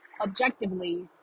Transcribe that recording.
objectively